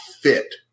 fit